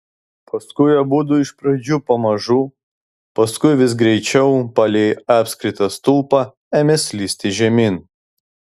paskui abudu iš pradžių pamažu paskui vis greičiau palei apskritą stulpą ėmė slysti žemyn